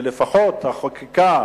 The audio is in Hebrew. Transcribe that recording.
שלפחות החקיקה,